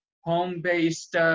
home-based